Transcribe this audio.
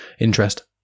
interest